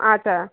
আচ্ছা